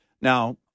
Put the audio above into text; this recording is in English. Now